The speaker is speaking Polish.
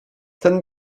ten